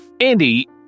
Andy